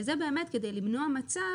זה כדי למנוע מצב